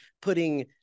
putting